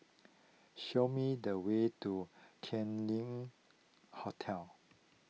show me the way to Kam Leng Hotel